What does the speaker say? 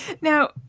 Now